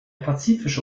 pazifische